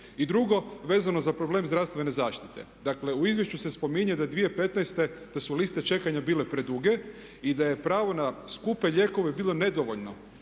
I drugo, vezano za problem zdravstvene zaštite. Dakle u izvješću se spominje da je 2015.da su liste čekanja bile preduge i da je pravo na skupe lijekove bilo nedovoljno.